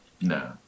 No